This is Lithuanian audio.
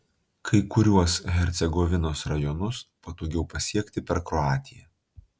kai kuriuos hercegovinos rajonus patogiau pasiekti per kroatiją